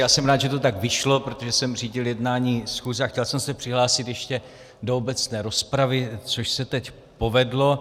Jsem rád, že to tak vyšlo, protože jsem řídil jednání schůze a chtěl jsem se přihlásit ještě do obecné rozpravy, což se teď povedlo.